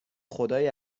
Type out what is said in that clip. خدای